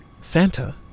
Santa